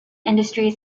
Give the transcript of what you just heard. industries